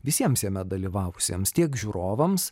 visiems jame dalyvavusiems tiek žiūrovams